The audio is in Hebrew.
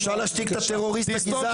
אפשר להשתיק את הטרוריסט הגזען?